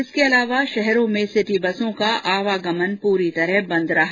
इसके अलावा शहरों में सिटी बसों का आवागमन भी पूरी तरह बंद रहा